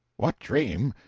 what dream?